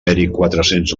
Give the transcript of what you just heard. cents